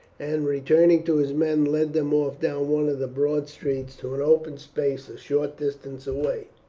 and returning to his men led them off down one of the broad streets to an open space a short distance away.